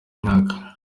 imyaka